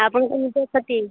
ଆପଣଙ୍କୁ ମୁଁ ତ